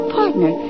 partner